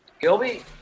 Gilby